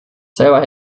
selber